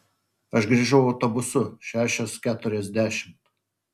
aš grįžau autobusu šešios keturiasdešimt